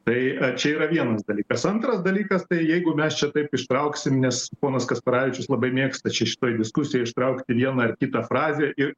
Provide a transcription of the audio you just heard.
tai čia yra vienas dalykas antras dalykas tai jeigu mes čia taip ištrauksim nes ponas kasperavičius labai mėgsta čia šitoj diskusijoj ištraukti vieną ar kitą frazę ir